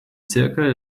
zirkel